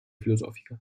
filosofica